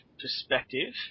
perspective